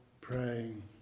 praying